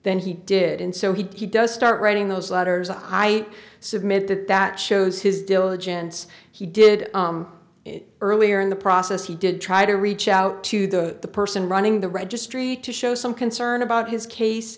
than he did and so he does start writing those letters and i submit that that shows his diligence he did it earlier in the process he did try to reach out to the person running the registry to show some concern about his case